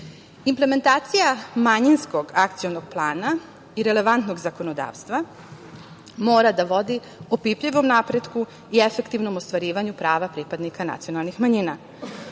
zemlji. Implementacija manjinskog akcionog plana i relevantnog zakonodavstva mora da vodi opipljivom napretku i efektivnom ostvarivanju prava pripadnika nacionalnih manjina,